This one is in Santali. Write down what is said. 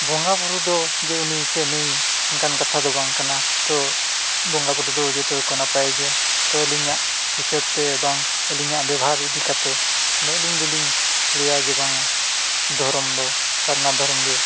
ᱵᱚᱸᱜᱟᱼᱵᱩᱨᱩ ᱫᱚ ᱩᱱᱤ ᱥᱮ ᱱᱩᱭ ᱚᱱᱠᱟᱱ ᱠᱟᱛᱷᱟ ᱫᱚ ᱵᱟᱝ ᱠᱟᱱᱟ ᱛᱳ ᱵᱚᱸᱜᱟᱼᱵᱩᱨᱩ ᱫᱚ ᱡᱚᱛᱚ ᱜᱮᱠᱚ ᱱᱟᱯᱟᱭ ᱜᱮᱭᱟ ᱛᱳ ᱟᱹᱞᱤᱧᱟᱜ ᱦᱤᱥᱟᱹᱵ ᱛᱮ ᱵᱟᱝ ᱟᱹᱞᱤᱧᱟᱜ ᱵᱮᱵᱷᱟᱨ ᱤᱫᱤ ᱠᱟᱛᱮᱫ ᱫᱚ ᱟᱹᱞᱤᱧ ᱫᱚᱞᱤᱧ ᱞᱟᱹᱭᱟ ᱡᱮ ᱵᱟᱝᱟ ᱫᱷᱚᱨᱚᱢ ᱫᱚ ᱥᱟᱨᱱᱟ ᱫᱷᱚᱨᱚᱢ ᱜᱮ